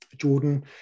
Jordan